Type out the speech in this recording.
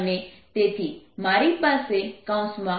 અને તેથી મારી પાસે 1v21v1yI∂t0 છે